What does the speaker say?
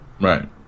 Right